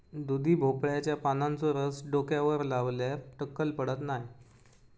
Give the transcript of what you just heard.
दुधी भोपळ्याच्या पानांचो रस डोक्यावर लावल्यार टक्कल पडत नाय